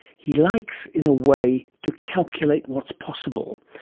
he likes in a way, to calculate what's possible.